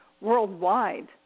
worldwide